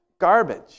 garbage